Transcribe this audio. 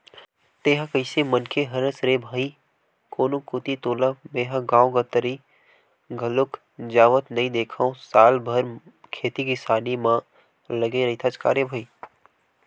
तेंहा कइसे मनखे हरस रे भई कोनो कोती तोला मेंहा गांव गवतरई घलोक जावत नइ देंखव साल भर खेती किसानी म लगे रहिथस का रे भई?